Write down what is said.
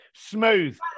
Smooth